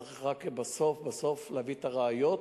צריך רק בסוף להביא את הראיות